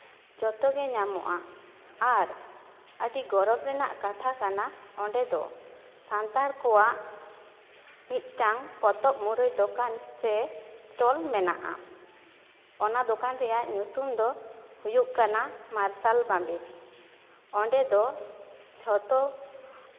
ᱡᱚᱛᱚᱜᱮ ᱧᱟᱢᱚᱜᱼᱟ ᱟᱨ ᱟᱹᱰᱤ ᱜᱚᱨᱚᱵᱽ ᱨᱮᱱᱟᱜ ᱠᱟᱛᱷᱟ ᱠᱟᱱᱟ ᱚᱸᱰᱮ ᱫᱚ ᱥᱟᱱᱛᱟᱲ ᱠᱚᱣᱟᱜ ᱢᱤᱫᱴᱟᱝ ᱯᱚᱛᱚᱵ ᱢᱩᱨᱟᱹᱭ ᱫᱚᱠᱟᱱ ᱥᱮ ᱥᱴᱚᱞ ᱢᱮᱱᱟᱜᱼᱟ ᱚᱱᱟ ᱫᱚᱠᱟᱱ ᱨᱮᱭᱟᱜ ᱧᱩᱛᱩᱢ ᱫᱚ ᱦᱩᱭᱩᱜ ᱠᱟᱱᱟ ᱢᱟᱨᱥᱟᱞ ᱵᱟᱢᱵᱮᱨ ᱚᱸᱰᱮ ᱫᱚ ᱡᱷᱚᱛᱚ